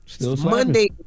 Monday